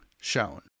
shown